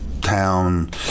town